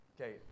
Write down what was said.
Okay